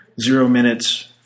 zero-minutes